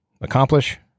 accomplish